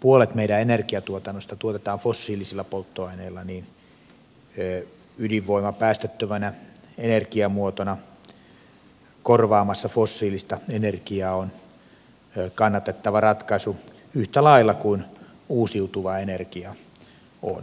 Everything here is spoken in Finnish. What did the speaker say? puolet meidän energiatuotannosta tuotetaan fossiilisilla polttoaineilla ydinvoima päästöttömänä energiamuotona korvaamassa fossiilista energiaa on kannatettava ratkaisu yhtä lailla kuin uusiutuva energia on